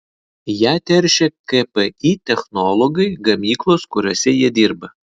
ją teršia kpi technologai gamyklos kuriose jie dirba